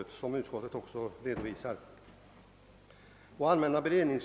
såsom också påpekas i utskottsutlåtandet.